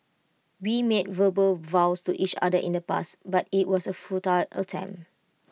we made verbal vows to each other in the past but IT was A futile attempt